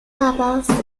大阪府